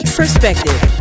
perspective